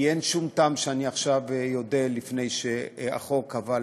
כי אין שום טעם שעכשיו אודה לפני החוק, אבל